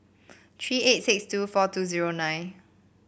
three eight six two four two zero nine